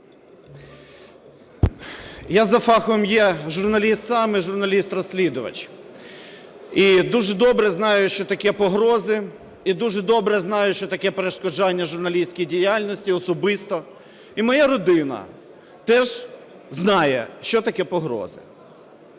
Я за фахом є журналіст сам і журналіст-розслідувач. І дуже добре знаю, що таке погрози, і дуже добре знаю, що таке перешкоджання журналістській діяльності, особисто. І моя родина теж знає, що таке погрози.